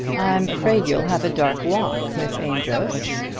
i'm afraid you'll have a dark walk, miss amedroz,